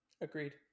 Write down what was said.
Agreed